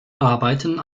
arbeiten